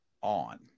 on